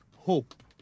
Hope